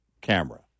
camera